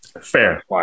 Fair